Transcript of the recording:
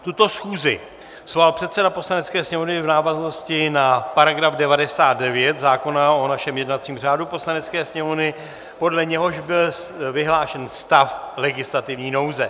Tuto schůzi svolal předseda Poslanecké sněmovny v návaznosti na § 99 zákona o našem jednacím řádu Poslanecké sněmovny, podle něhož byl vyhlášen stav legislativní nouze.